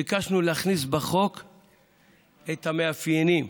ביקשנו להכניס בחוק את המאפיינים,